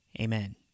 Amen